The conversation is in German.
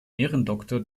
ehrendoktor